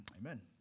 Amen